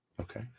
Okay